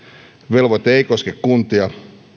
velvoite ei koske kuntia